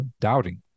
doubting